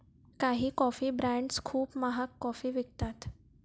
काही coffee brands खूप महाग कॉफी विकतात